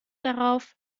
darauf